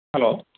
hello